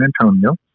Antonio